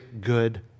good